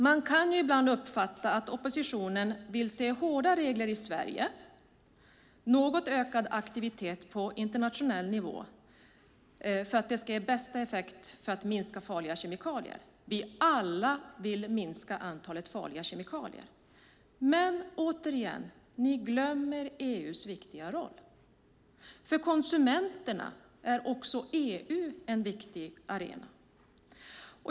Man kan ibland uppfatta att oppositionen vill se hårda regler i Sverige och något ökad aktivitet på internationell nivå för att detta ska ge bästa effekt på att minska farliga kemikalier. Vi vill alla minska antalet farliga kemikalier. Återigen glömmer ni EU:s viktiga roll! För konsumenterna är också EU en viktig arena.